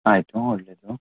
ಆಯಿತು ಒಳ್ಳೆಯದು